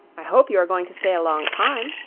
i hope you are going to stay a long time.